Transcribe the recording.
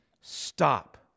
Stop